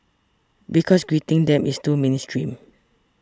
because greeting them is too mainstream